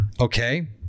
Okay